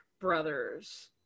brothers